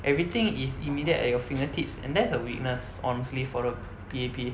everything is immediate at your fingertips and that's a weakness honestly for the P_A_P